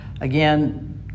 Again